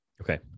Okay